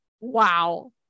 wow